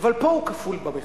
אבל פה הוא כפול במחיר.